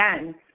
again